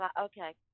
Okay